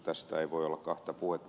tästä ei voi olla kahta puhetta